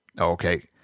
Okay